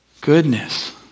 goodness